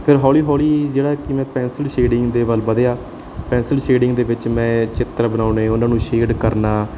ਫਿਰ ਹੌਲੀ ਹੌਲੀ ਜਿਹੜਾ ਕਿਵੇਂ ਪੈਨਸਿਲ ਸੇਡਿੰਗ ਦੇ ਵੱਲ ਵਧਿਆ ਪੈਨਸਿਲ ਸ਼ੇਡਿੰਗ ਦੇ ਵਿੱਚ ਮੈਂ ਚਿੱਤਰ ਬਣਾਉਣੇ ਉਹਨਾਂ ਨੂੰ ਸ਼ੇਡ ਕਰਨਾ